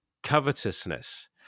covetousness